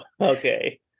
Okay